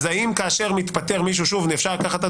האם כאשר מתפטר מישהו אפשר לקחת את